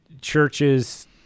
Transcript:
churches